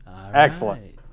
Excellent